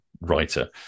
writer